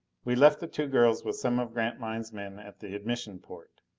we left the two girls with some of grantline's men at the admission port.